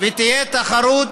ותהיה תחרות